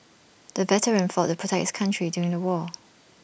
the veteran fought the protect his country during the war